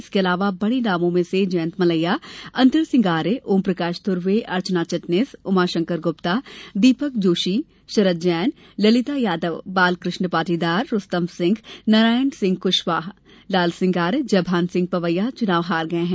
इसके अलावा बड़े नामों में से जयंत मलैया अंतर सिंह आर्य ओमप्रकाश ध्वर्वे अर्चना चिटनीस उमाशंकर ग्रप्ता दीपक जोशी शरद जैन ललिता यादव बालकृष्ण पाटीदार रूस्तम सिंह नारायण सिंह कुशवाहा लालसिंह आर्य जयभान सिंह पवैया चुनाव हार गये है